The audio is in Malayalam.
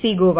സി ഗോവ